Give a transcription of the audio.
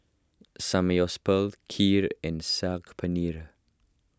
Samgeyopsal Kheer and Saag Paneer